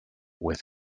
with